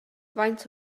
faint